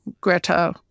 Greta